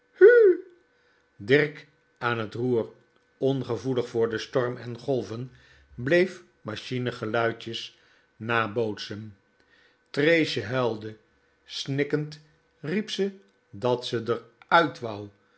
an t roer ongevoelig voor storm en golven bleef machinegeluidjes nabootsen treesje huilde snikkend riep ze dat ze r uit